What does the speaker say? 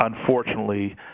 unfortunately